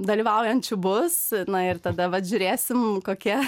dalyvaujančių bus na ir tada vat žiūrėsim kokie